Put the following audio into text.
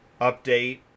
update